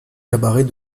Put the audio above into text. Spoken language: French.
cabarets